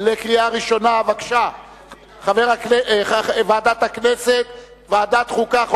53 בעד, תשעה נגד, אין נמנעים.